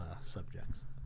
subjects